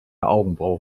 augenbraue